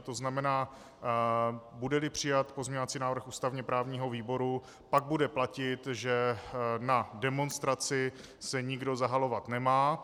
To znamená, budeli přijat pozměňovací návrh ústavněprávního výboru, pak bude platit, že na demonstraci se nikdo zahalovat nemá.